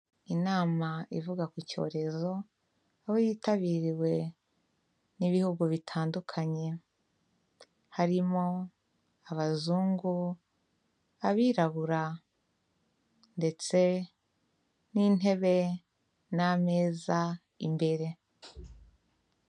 Inama ivuga ku cyorezo aho yitabiriwe n'ibihugu bitandukanye, harimo abazungu, abirabura ndetse n'intebe n'ameza imbere.